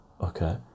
okay